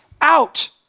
out